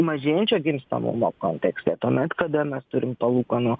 mažėjančio gimstamumo kontekste tuomet kada mes turim palūkanų